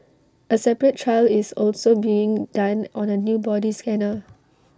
A separate trial is also being done on A new body scanner